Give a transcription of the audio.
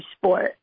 sport